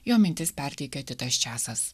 jo mintis perteikia titas česas